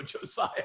josiah